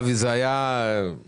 אבי, זה היה מרתק.